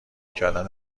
کردن